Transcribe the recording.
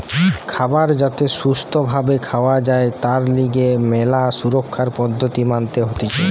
খাবার যাতে সুস্থ ভাবে খাওয়া যায় তার লিগে ম্যালা সুরক্ষার পদ্ধতি মানতে হতিছে